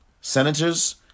senators